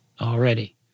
already